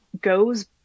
goes